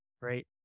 Right